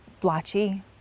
blotchy